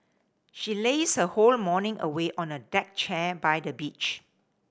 she lazed her whole morning away on a deck chair by the beach